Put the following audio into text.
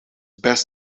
best